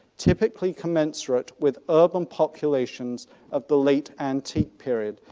typically commensurate with urban populations of the late antique period,